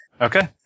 Okay